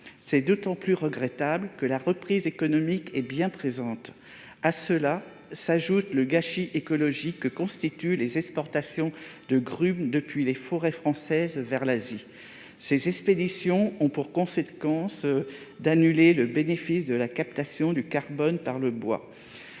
C'est d'autant plus regrettable que la reprise économique est bien présente. À cela s'ajoute le gâchis écologique que constituent les exportations de grumes depuis les forêts françaises vers l'Asie. Ces expéditions ont pour conséquence d'annuler le bénéfice de la captation du carbone par le bois.